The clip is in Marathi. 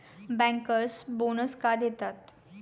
बँकर्स बोनस का देतात?